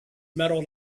metal